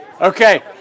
Okay